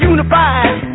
Unified